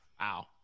Wow